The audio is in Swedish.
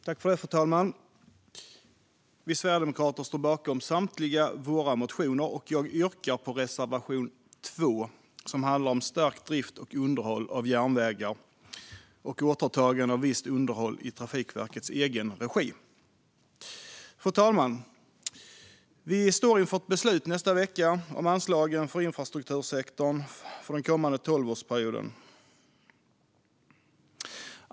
Fru talman! Vi sverigedemokrater står bakom samtliga våra motioner, men jag yrkar bifall endast till reservation 2, som handlar om stärkt drift och underhåll av järnvägar och återtagande av visst underhåll i Trafikverkets egen regi. Fru talman! Vi står inför ett beslut i nästa vecka om anslagen för infrastruktursektorn för den kommande tolvårsperioden.